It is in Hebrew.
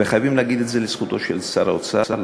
וחייבים להגיד את זה לזכותו של שר האוצר,